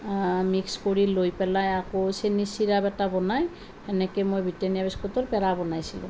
mix কৰি লৈ পেলাই আকৌ চেনীৰ ছিৰাপ এটা বনাই সেনেকৈ মই ব্ৰিটেনিয়া বিস্কুটৰ পেৰা বনাইছিলোঁ